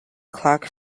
clock